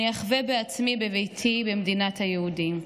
אני אחווה בעצמי בביתי במדינת היהודים.